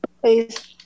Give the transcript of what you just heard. please